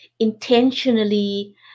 Intentionally